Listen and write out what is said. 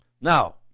Now